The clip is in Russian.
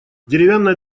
деревянная